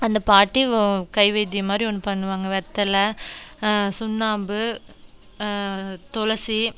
அந்த பாட்டி கை வைத்தியம் மாதிரி ஒன்று பண்ணுவாங்க வெத்தலை சுண்ணாம்பு துளசி